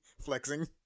flexing